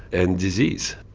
and disease.